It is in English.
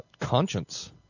Conscience